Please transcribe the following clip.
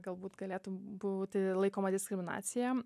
galbūt galėtų būti laikoma diskriminacija